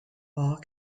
all